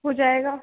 हो जाएगा